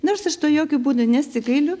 nors aš to jokiu būdu nesigailiu